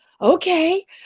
okay